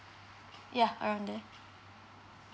yeah around there